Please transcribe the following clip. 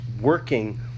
working